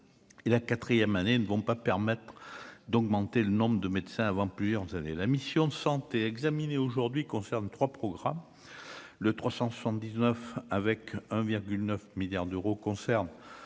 la quatrième année, ne vont pas permettre d'augmenter le nombre de médecins avant plusieurs années, la mission de santé examiné aujourd'hui concerne 3 programmes le 379 avec 1 virgule 9 milliards d'euros concerne